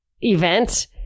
event